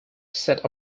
set